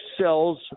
sells